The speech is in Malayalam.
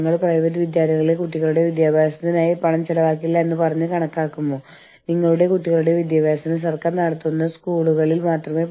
നമ്മൾ മൾട്ടി കൺട്രി അല്ലെങ്കിൽ മൾട്ടി നാഷണൽ സംരംഭങ്ങളുമായി ഇടപെടുമ്പോൾ വീണ്ടും ഇതൊരു വലിയ വെല്ലുവിളിയായി മാറുന്നു